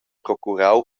procurau